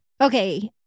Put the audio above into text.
Okay